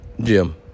Jim